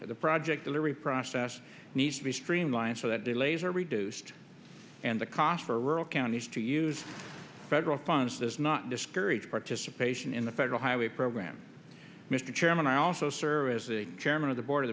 the project delivery process needs to be streamlined so that delays are reduced and the cost for rural counties to use federal funds does not discourage participation in the federal highway program mr chairman i also serve as a chairman of the board of